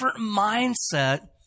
mindset